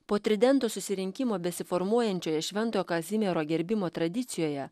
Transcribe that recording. po tridento susirinkimo besiformuojančioje šventojo kazimiero gerbimo tradicijoje